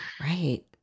Right